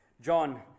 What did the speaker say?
John